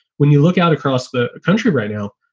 when you look out across the country right now,